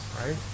right